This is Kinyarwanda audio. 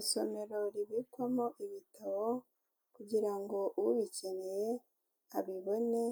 Isomero ribikwamo ibitabo kugira ngo ubikeneye abibone